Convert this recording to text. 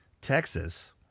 Texas